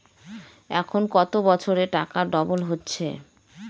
এখন কত বছরে টাকা ডবল হচ্ছে?